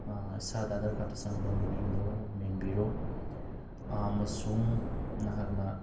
ꯏꯁꯥꯗ ꯑꯥꯗꯥꯔ ꯀꯥꯔꯠꯇ ꯆꯪꯕ ꯃꯤꯡꯗꯣ ꯃꯦꯟꯕꯤꯔꯣ ꯑꯃꯁꯨꯡ ꯅꯍꯥꯛꯅ